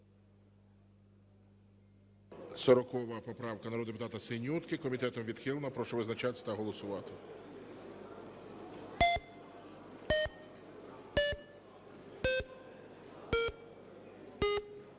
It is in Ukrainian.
40 поправка народного депутата Синютки. Комітетом відхилена. Прошу визначатись та голосувати.